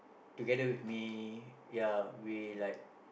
together with me ya we like